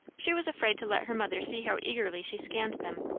she was afraid to let her mother see how eagerly she scanned them.